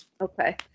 Okay